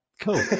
cool